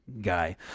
guy